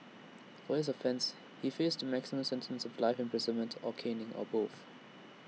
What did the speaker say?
for his offence he faced A maximum sentence of life imprisonment or caning or both